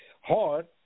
hard